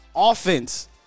offense